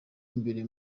imbere